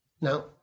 Now